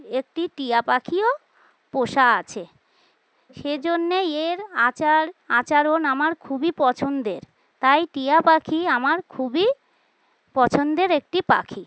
একটি টিয়া পাখিও পোষা আছে সেজন্যে এর আচার আচরণ আমার খুবই পছন্দের তাই টিয়া পাখি আমার খুবই পছন্দের একটি পাখি